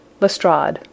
Lestrade